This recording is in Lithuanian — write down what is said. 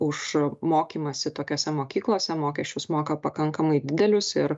už mokymąsi tokiose mokyklose mokesčius moka pakankamai didelius ir